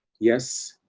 yes,